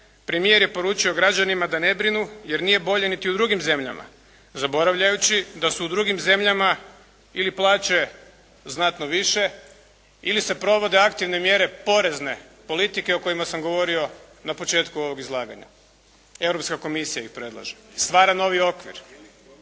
premijer je poručio građanima da ne brinu, jer nije bolje niti u drugim zemljama, zaboravljajući da su u drugim zemljama ili plaće znatno više ili se provode aktivne mjere porezne politike o kojima sam govorio na početku ovog izlaganja. Europska komisija ih predlaže. Stvara novi okvir